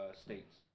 states